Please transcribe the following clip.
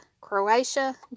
Croatia